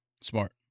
Smart